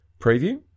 preview